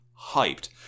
hyped